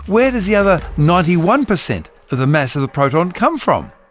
where does the other ninety one percent of the mass of the proton come from?